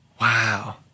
Wow